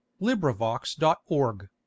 LibriVox.org